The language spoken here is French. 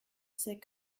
c’est